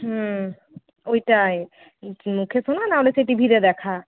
হ্যাঁ ওইটাই মুখে শোনা নাহলে সে টিভিতে দেখা